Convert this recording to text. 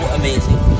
amazing